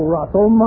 Russell